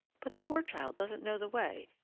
but the poor child doesn't know the way,